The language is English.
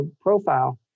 profile